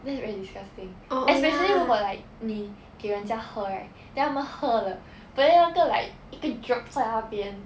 that's very disgusting especially 如果 like 你给人家喝 right then 他们喝了 but then 那个 like 一个 drop 在那边